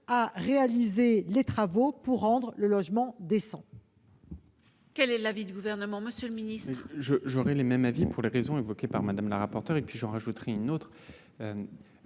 à réaliser les travaux pour rendre le logement décent.